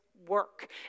Work